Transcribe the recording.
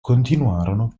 continuarono